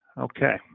okay